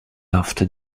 after